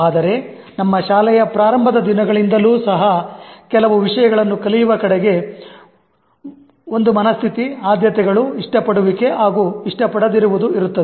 ಆದರೆ ನಮ್ಮ ಶಾಲೆಯ ಪ್ರಾರಂಭದ ದಿನಗಳಿಂದಲೂ ಸಹ ಕೆಲವು ವಿಷಯಗಳನ್ನು ಕಲಿಯುವ ಕಡೆಗೆ ಒಂದು ಮನಸ್ಥಿತಿ ಆದ್ಯತೆಗಳು ಇಷ್ಟಪಡುವಿಕೆ ಹಾಗೂ ಇಷ್ಟಪಡದಿರುವುದು ಇರುತ್ತದೆ